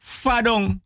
fadong